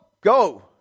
go